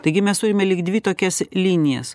taigi mes turime lyg dvi tokias linijas